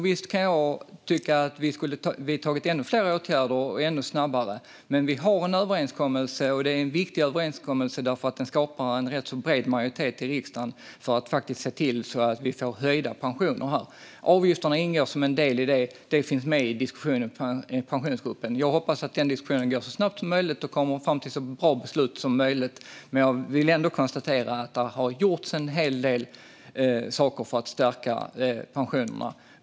Visst kan jag tycka att vi skulle ha vidtagit ännu fler åtgärder ännu snabbare. Men vi har en överenskommelse, och den är viktig därför att den skapar en rätt så bred majoritet i riksdagen för att faktiskt se till att höja pensionerna. Avgifterna ingår som en del i det. Det finns med i diskussionen i Pensionsgruppen. Jag hoppas att den diskussionen går så snabbt som möjligt och kommer fram till så bra beslut som möjligt, men jag vill ändå konstatera att det har gjorts en hel del för att stärka pensionerna.